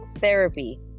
therapy